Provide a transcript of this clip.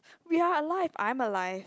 we are alive I'm alive